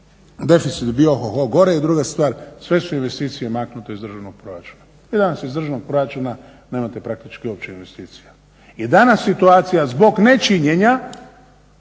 deficit bi bio oho ho gori. I druga stvar, sve su investicije maknute iz državnog proračuna. I danas iz državnog proračuna nemate praktički uopće investicija. I danas situacija zbog nečinjenja,